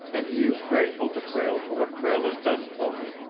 and he is grateful to prale for what prale has done for him.